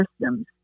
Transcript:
systems